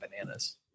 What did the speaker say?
bananas